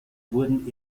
wurden